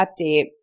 update